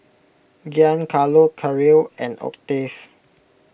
Giancarlo Caryl and Octave